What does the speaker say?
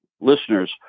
listeners